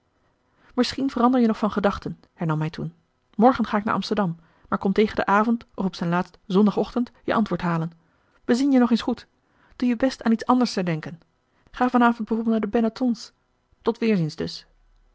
misschien verander je nog van gedachten hernam hij toen morgen ga ik na amsterdam maar kom tegen den avond of op zijn laatst zondagochtend je antwoord halen bezin je nog eens goed doe je best aan iets anders te denken ga van avond bijvoorbeeld naar de benoiton's tot weerziens dus